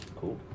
Cool